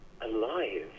alive